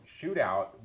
shootout